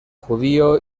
judío